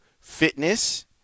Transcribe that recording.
fitness